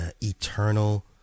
eternal